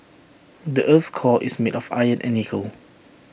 the Earth's core is made of iron and nickel